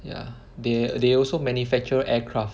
ya they they also manufacture aircraft